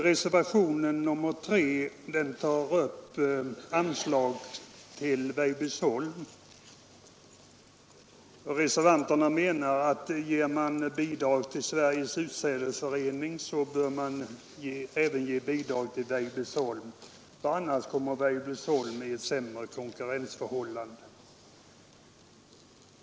Reservationen 3 tar upp anslaget till Weibullsholms växtförädlingsanstalt, och reservanterna menar att om man ger bidrag till Sveriges utsädesförening bör man ge bidrag också till Weibullsholm, ty annars kommer den anstalten i ett sämre konkurrensläge.